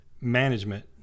management